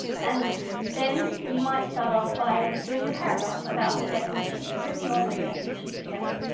and then you might start off by doing a paragraph about the definitions, grouping all those definitions together,